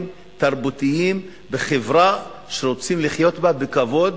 תרבותיים בחברה שרוצים לחיות בה בכבוד,